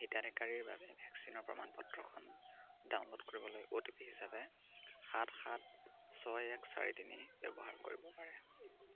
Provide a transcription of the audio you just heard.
হিতাধিকাৰীৰ বাবে ভেকচিনৰ প্ৰমাণ পত্ৰখন ডাউনলোড কৰিবলৈ অ'টিপি হিচাপে সাত সাত ছয় এক চাৰি তিনি ব্যৱহাৰ কৰিব পাৰে